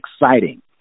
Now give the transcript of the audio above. exciting